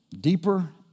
deeper